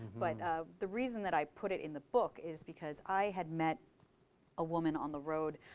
but ah the reason that i put it in the book is because i had met a woman on the road,